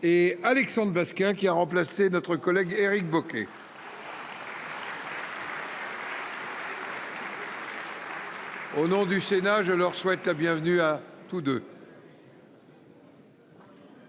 et Alexandre Basquin, qui a remplacé notre ancien collègue Éric Bocquet. Au nom du Sénat, je leur souhaite la bienvenue. L’ordre